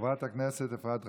חברת הכנסת אפרת רייטן.